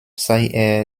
sei